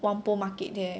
Whampoa market there